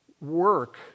work